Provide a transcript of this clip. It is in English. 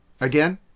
again